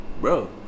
bro